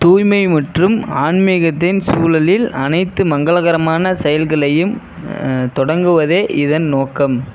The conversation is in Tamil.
தூய்மை மற்றும் ஆன்மீகத்தின் சூழலில் அனைத்து மங்களகரமான செயல்களையும் தொடங்குவதே இதன் நோக்கம்